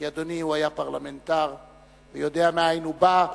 כי אדוני היה פרלמנטר ויודע מאין הוא בא,